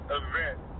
event